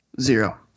Zero